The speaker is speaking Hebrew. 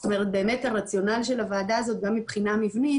זאת אומרת הרציונל של הוועדה הזאת גם מבחינה מבנית